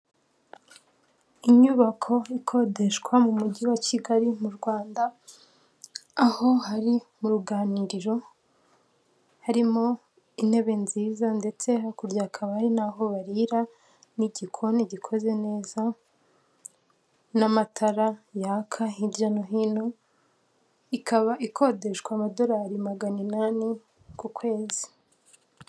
Inyubako ikodeshwa mu mujyi wa Kigali mu Rwanda, aho hari mu ruganiriro, harimo intebe nziza ndetse hakurya kaba ari n'aho barira n'igikoni gikoze neza n'amatara yaka hirya no hino, ikaba ikodeshwa amadolari magana inani ku kwezi.